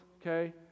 okay